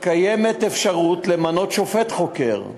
על כך קיימת אפשרות למנות שופט חוקר,